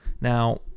Now